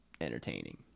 entertaining